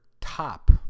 top